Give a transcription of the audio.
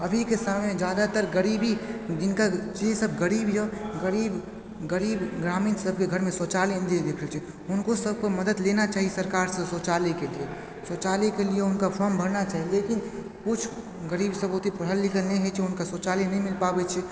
अभीके समयमे जादातर गरीबी जिनकर जे सब गरीब यऽ गरीब गरीब ग्रामीण सबके घरमे शौचालय नहि रहय छै हुनको सबके मदति लेना चाही सरकारसँ शौचालयके लिये शौचालयके लिये हुनका फॉर्म भरना चाही लेकिन किछु गरीब सब ओते पढ़ल लिखल नहि होइ छै हुनका शौचालय नहि मिल पाबय छै